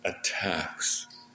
attacks